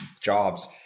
Jobs –